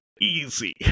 easy